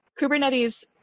Kubernetes